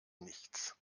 nichts